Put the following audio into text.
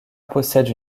possède